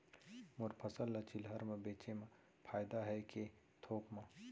मोर फसल ल चिल्हर में बेचे म फायदा है के थोक म?